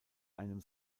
einem